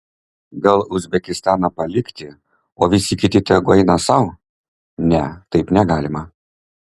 gal uzbekistaną palikti o visi kiti tegu eina sau ne taip negalima